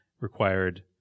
required